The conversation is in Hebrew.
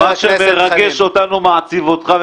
מה שמרגש אותנו מעציב אותך.